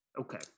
Okay